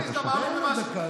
תודה רבה, חבר הכנסת אשר.